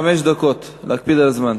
חמש דקות, להקפיד על הזמן.